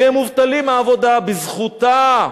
כי הם מובטלים מעבודה, בזכותה,